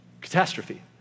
catastrophe